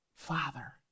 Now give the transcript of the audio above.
father